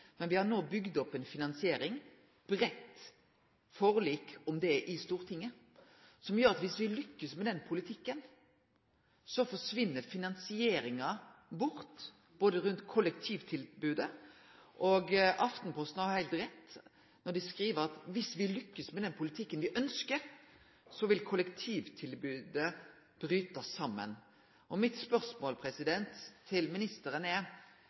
men me har no bygt opp ei finansiering, det er eit breitt forlik om det i Stortinget, som gjer at viss vi lukkast med den politikken, så forsvinn finansieringa bort rundt kollektivtilbodet, og Aftenposten har heilt rett når dei skriv at viss me lukkast med den politikken me ønskjer, så vil kollektivtilbodet bryte saman. Mitt spørsmål til ministeren er: